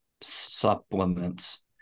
supplements